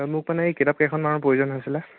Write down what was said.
মোক মানে এই কিতাপ কেইখনমানৰ প্ৰয়োজন হৈছিলে